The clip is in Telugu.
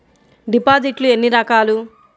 డిపాజిట్లు ఎన్ని రకాలు?